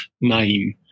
name